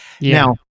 Now